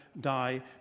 die